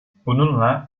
bununla